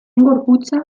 gorputza